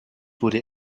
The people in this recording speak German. wurde